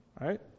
Right